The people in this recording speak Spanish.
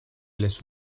les